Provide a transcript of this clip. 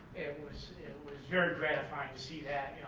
it was very gratifying to see that,